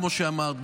כמו שאמרת,